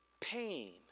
pain